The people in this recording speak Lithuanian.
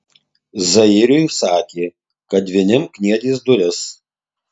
zairiui sakė kad vinim kniedys duris